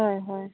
হয় হয়